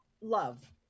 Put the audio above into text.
love